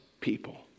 people